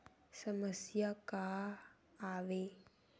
समस्या का आवे?